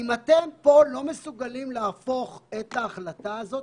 אם אתם פה לא מסוגלים להפוך את ההחלטה הזו,